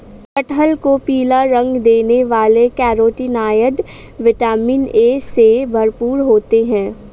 कटहल को पीला रंग देने वाले कैरोटीनॉयड, विटामिन ए से भरपूर होते हैं